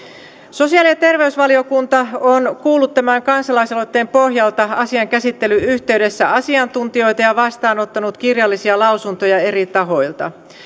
sosiaali ja terveysvaliokunta on kuullut tämän kansalaisaloitteen pohjalta asian käsittelyn yhteydessä asiantuntijoita ja ja vastaanottanut kirjallisia lausuntoja eri tahoilta